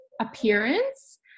appearance